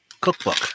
cookbook